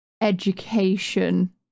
education